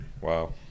Wow